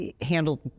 handled